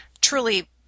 truly